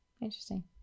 Interesting